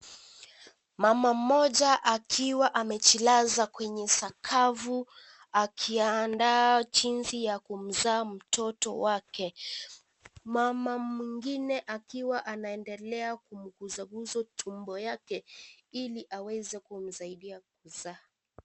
Mama mmoja, akiwa amejilaza kwenye sakafu, akiandaa jinsi ya kumzaa mtoto wake. Mama mwingine akiwa anaendelea kumgusagusa tumbo yake, ili aweze kumsaidia kuzaa.